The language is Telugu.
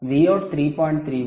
3 V